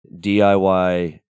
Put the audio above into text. DIY